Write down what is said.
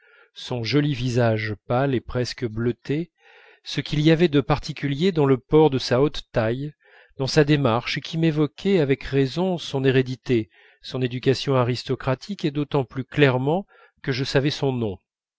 son joli visage pâle et presque bleuté ce qu'il y avait de particulier dans le port de sa haute taille dans sa démarche et qui m'évoquait avec raison son hérédité son éducation aristocratique et d'autant plus clairement que je savais son nom